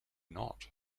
not